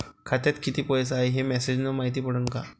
खात्यात किती पैसा हाय ते मेसेज न मायती पडन का?